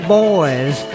boys